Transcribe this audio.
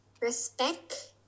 respect